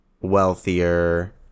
wealthier